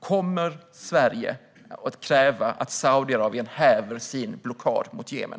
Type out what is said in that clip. Kommer Sverige att kräva att Saudiarabien häver sin blockad mot Jemen?